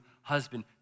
husband